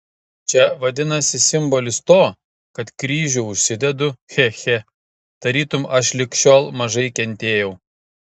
čia vadinasi simbolis to kad kryžių užsidedu che che tarytum aš lig šiol mažai kentėjau